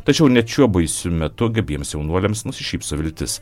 tačiau net šiuo baisiu metu gabiems jaunuoliams nusišypso viltis